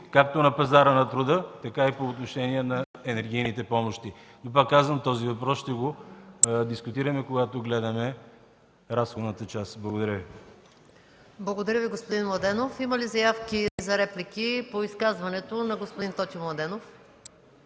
както на пазара на труда, така и по отношение на енергийните помощи. Пак казвам, този въпрос ще дискутираме, когато гледаме разходната част. Благодаря Ви. ПРЕДСЕДАТЕЛ МАЯ МАНОЛОВА: Благодаря Ви, господин Младенов. Има ли заявки за реплики по изказването на господин Тотю Младенов?